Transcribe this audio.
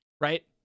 right